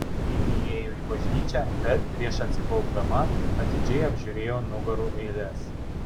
ji įėjo į bažnyčią bet prieš atsiklaupdama atidžiai apžiūrėjo nugarų eiles